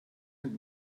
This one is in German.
mit